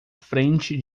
frente